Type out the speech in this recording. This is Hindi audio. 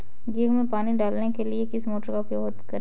गेहूँ में पानी डालने के लिए किस मोटर का उपयोग करें?